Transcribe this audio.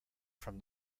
from